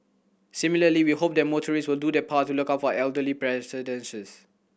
similarly we hope that motorist will do their part to look out for elderly pedestrians